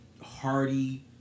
hearty